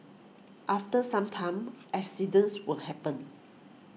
after some time accidents will happen